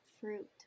fruit